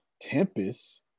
Tempest